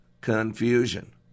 confusion